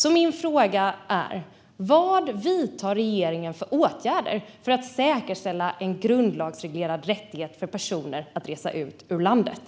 Vilka åtgärder vidtar regeringen för att säkerställa en grundlagsreglerad rättighet för personer att resa ut ur landet?